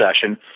session